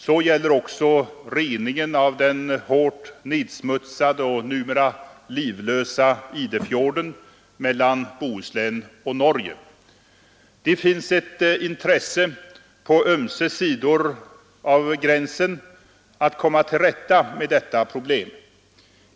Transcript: Det gäller också reningen av den hårt nedsmutsade och numera livlösa Idefjorden mellan Bohuslän och Norge. Det finns ett intresse på ömse sidor av gränsen att komma till rätta med detta problem.